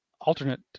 alternate